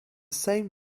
same